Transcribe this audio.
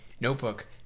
notebook